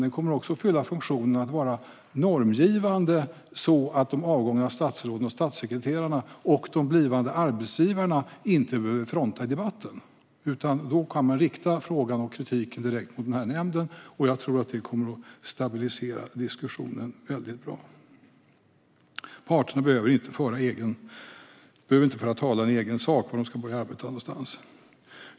Den kommer också att fylla funktionen att vara normgivande, så att de avgångna statsråden och statssekreterarna och de blivande arbetsgivarna inte behöver fronta i debatten, utan man kan rikta frågan och kritiken direkt till nämnden. Jag tror att det kommer att stabilisera diskussionen. Parterna behöver inte föra talan i egen sak när de ska börja arbeta någonstans.